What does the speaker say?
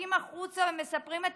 יוצאים החוצה ומספרים את